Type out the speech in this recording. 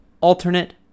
alternate